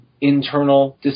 internal